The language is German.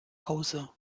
hause